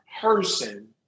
person